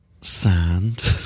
Sand